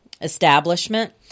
establishment